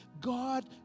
God